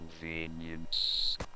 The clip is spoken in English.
convenience